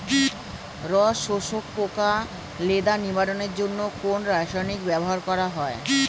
রস শোষক পোকা লেদা নিবারণের জন্য কোন রাসায়নিক ব্যবহার করা হয়?